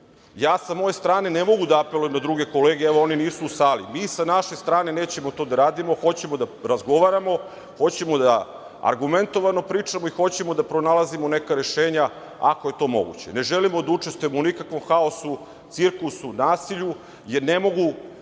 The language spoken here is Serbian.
Ja sa moje strane ne mogu da apelujem na druge kolege, evo oni nisu u sali. Mi sa naše strane nećemo to da radimo, hoćemo da razgovaramo, hoćemo da argumentovano pričamo i hoćemo da pronalazimo neka rešenja, ako je to moguće. Ne želimo da učestvujemo u nikakvom haosu, cirkusu, nasilju, jer ne mogu